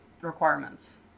requirements